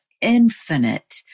infinite